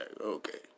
okay